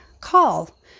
call